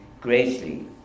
greatly